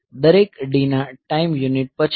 દરેક D ના time unit પછી